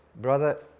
Brother